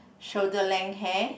shoulder length hair